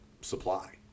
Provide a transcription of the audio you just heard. supply